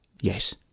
Yes